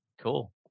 Cool